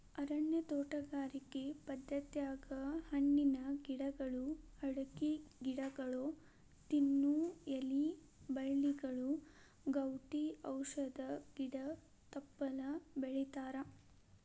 ಅರಣ್ಯ ತೋಟಗಾರಿಕೆ ಪದ್ಧತ್ಯಾಗ ಹಣ್ಣಿನ ಗಿಡಗಳು, ಅಡಕಿ ಗಿಡಗೊಳ, ತಿನ್ನು ಎಲಿ ಬಳ್ಳಿಗಳು, ಗೌಟಿ ಔಷಧ ಗಿಡ ತಪ್ಪಲ ಬೆಳಿತಾರಾ